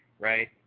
right